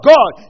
God